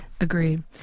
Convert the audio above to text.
Agreed